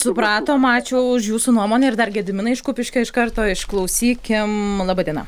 supratome ačiū už jūsų nuomonę ir dar gediminą iš kupiškio iš karto išklausykim laba diena